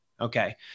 Okay